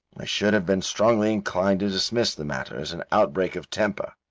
i should have been strongly inclined to dismiss the matter as an outbreak of temper.